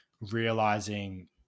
realizing